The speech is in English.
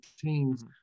teams